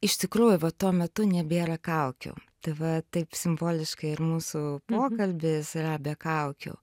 iš tikrųjų va tuo metu nebėra kaukių tai va taip simboliškai ir mūsų pokalbis yra be kaukių